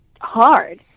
hard